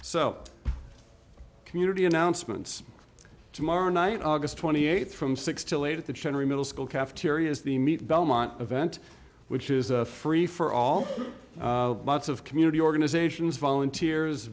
so community announcements tomorrow night august twenty eighth from six to late at the cherry middle school cafeterias the meat belmont event which is a free for all of community organizations volunteers